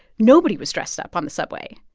nobody was dressed up on the subway.